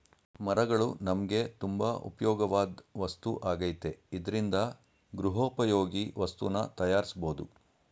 ಮರಗಳು ನಮ್ಗೆ ತುಂಬಾ ಉಪ್ಯೋಗವಾಧ್ ವಸ್ತು ಆಗೈತೆ ಇದ್ರಿಂದ ಗೃಹೋಪಯೋಗಿ ವಸ್ತುನ ತಯಾರ್ಸ್ಬೋದು